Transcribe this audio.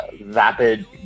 vapid